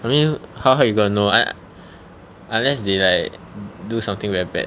I mean how how you going to know un~ unless they like do something very bad